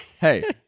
Hey